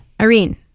Irene